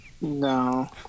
No